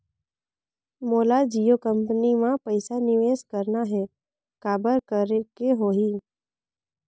मोला जियो कंपनी मां पइसा निवेश करना हे, काबर करेके होही?